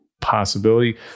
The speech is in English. possibility